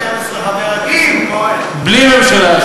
בלי ממשלה.